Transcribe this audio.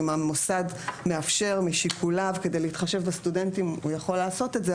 אם המוסד מאפשר משיקוליו כדי להתחשב בסטודנטים הוא יכול לעשות את זה,